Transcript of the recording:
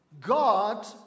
God